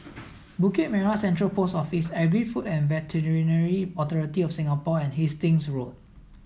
Bukit Merah Central Post Office Agri Food and Veterinary Authority of Singapore and Hastings Road